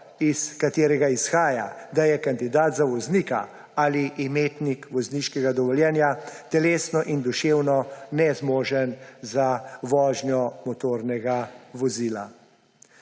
iz katerega izhaja, da je kandidat za voznika ali imetnik vozniškega dovoljenja telesno in duševno nezmožen za vožnjo motornega vozila.